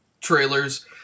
trailers